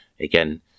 again